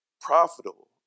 Profitable